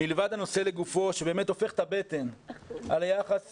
לבד מהנושא לגופו שהופך את הבטן על היחס